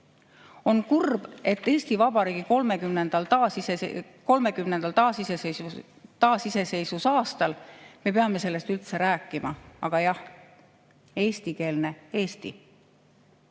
On kurb, et Eesti Vabariigi 30. taasiseseisvusaastal me peame sellest üldse rääkima. Aga jah, eestikeelne Eesti.